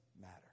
matter